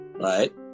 Right